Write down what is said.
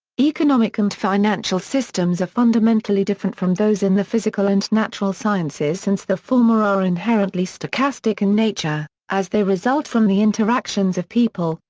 economic and financial systems are fundamentally different from those in the physical and natural sciences since the former are inherently stochastic in nature, as they result from the interactions of people,